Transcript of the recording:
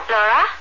Laura